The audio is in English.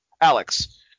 Alex